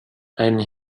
and